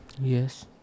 Yes